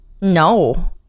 No